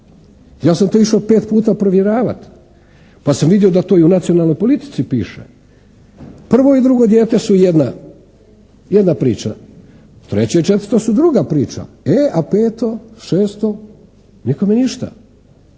Ja sam to išao pet puta provjeravati, pa sam vidio da to i u Nacionalnoj politici piše. Prvo i drugo dijete su jedna priča. Treće i četvrto su druga priča. E a peto, šesto? Nikome ništa.